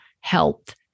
health